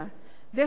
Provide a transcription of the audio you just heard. דהיינו,